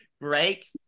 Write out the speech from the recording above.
break